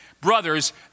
brothers